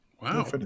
Wow